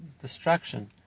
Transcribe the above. destruction